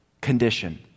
condition